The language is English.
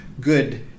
good